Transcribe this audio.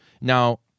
Now